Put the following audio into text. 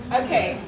okay